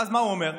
ואז מה הוא אומר?